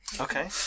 Okay